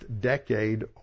decade